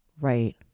Right